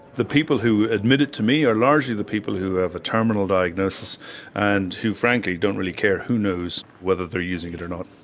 the people who admit it to me are largely the people who have a terminal diagnosis and who frankly don't really care who knows whether they are using it or not.